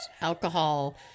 alcohol